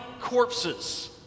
corpses